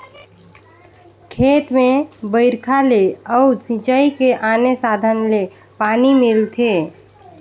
खेत में बइरखा ले अउ सिंचई के आने साधन ले पानी मिलथे